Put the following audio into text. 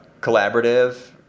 collaborative